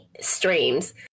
streams